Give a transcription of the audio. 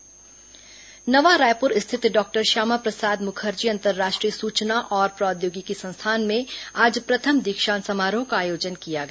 दीक्षांत समारोह नवा रायपुर रिथित डॉक्टर श्यामा प्रसाद मुखर्जी अंतर्राष्ट्रीय सूचना और प्रौद्योगिकी संस्थान में आज प्रथम दीक्षांत समारोह का आयोजन किया गया